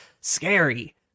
scary